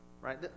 Right